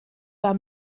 war